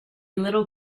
little